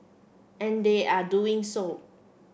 and they are doing so